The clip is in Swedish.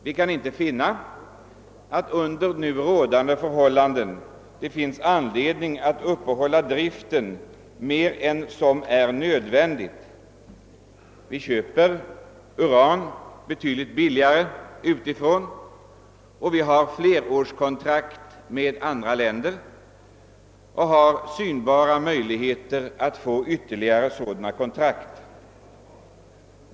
Vi kan inte se att man under nu rådande förhållanden bör upprätthålla driften mer än nödvändigt. Uran kan köpas avsevärt billigare utifrån; Sverige har redan flerårskontrakt med andra länder och det finns synbarligen möjligheter för oss att få ytterligare sådana kontrakt.